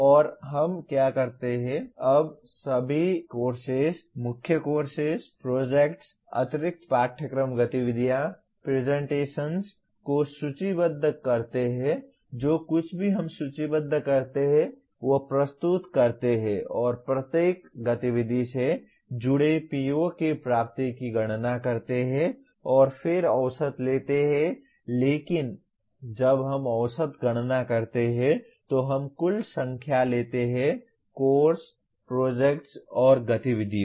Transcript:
और हम क्या करते हैं हम सभी कोर्सेस मुख्य कोर्स प्रोजेक्ट्स अतिरिक्त पाठयक्रम गतिविधियां प्रेजेंटेशन्स को सूचीबद्ध करते हैं जो कुछ भी हम सूचीबद्ध करते हैं वह प्रस्तुत करते हैं और प्रत्येक गतिविधि से जुड़े PO की प्राप्ति की गणना करते हैं और फिर औसत लेते हैं लेकिन जब हम औसत गणना करते हैं तो हम कुल संख्या लेते हैं कोर्स प्रोजेक्ट्स और गतिविधियों